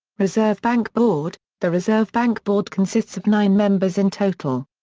reserve bank board the reserve bank board consists of nine members in total.